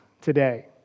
today